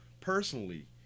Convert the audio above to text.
personally